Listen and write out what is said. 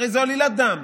הרי זאת עלילת דם.